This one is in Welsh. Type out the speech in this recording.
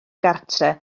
gartref